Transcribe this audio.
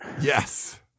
yes